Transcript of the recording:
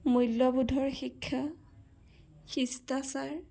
মূল্যবোধৰ শিক্ষা শিষ্টাচাৰ